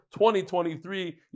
2023